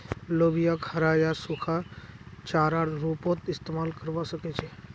लोबियाक हरा या सूखा चारार रूपत इस्तमाल करवा सके छे